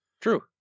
True